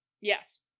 Yes